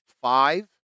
five